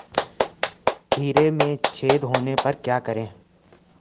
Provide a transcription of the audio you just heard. खीरे में छेद होने पर क्या करें?